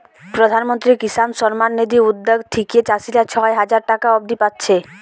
প্রধানমন্ত্রী কিষান সম্মান নিধি উদ্যগ থিকে চাষীরা ছয় হাজার টাকা অব্দি পাচ্ছে